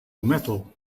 metal